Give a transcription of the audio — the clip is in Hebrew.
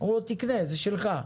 אמרו: תקנה, זה שלך.